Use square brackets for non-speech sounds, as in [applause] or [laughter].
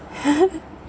[laughs]